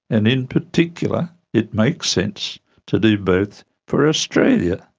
and in particular it makes sense to do both for australia.